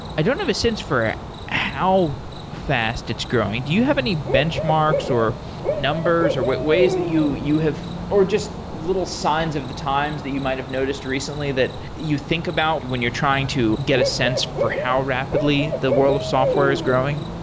i don't have a sense for how fast it's growing. do you have any benchmarks, or numbers, or ways that you you have or just little signs of the times that you might have noticed recently that you think about when you're trying to get a sense for how rapidly the world of software is growing?